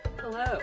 Hello